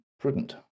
prudent